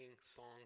songs